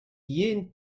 yen